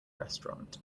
restaurant